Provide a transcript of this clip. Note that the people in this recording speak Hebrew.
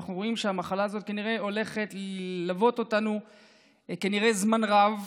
ואנחנו רואים שהמחלה הזאת הולכת ללוות אותנו כנראה זמן רב.